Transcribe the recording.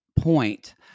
point